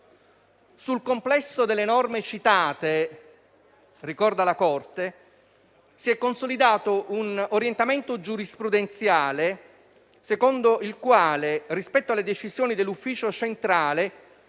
Sul complesso delle norme citate - ricorda la Corte - si è consolidato un orientamento giurisprudenziale secondo il quale, rispetto alle decisioni dell'ufficio centrale,